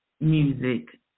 music